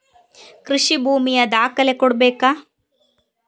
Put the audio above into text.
ಕೃಷಿ ಭೂಮಿಯ ದಾಖಲೆ ಕೊಡ್ಬೇಕಾ?